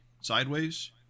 sideways